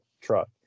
truck